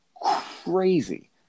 crazy